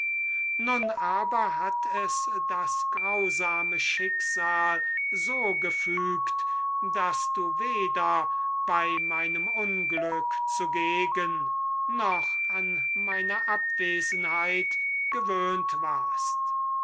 nun aber hat es das grausame schicksal so gefügt daß du weder bei meinem unglück zugegen noch an meine abwesenheit gewöhnt warst